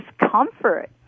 discomfort